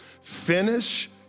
Finish